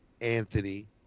Anthony